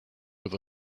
with